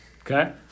Okay